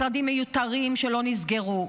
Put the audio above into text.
משרדים מיותרים שלא נסגרו,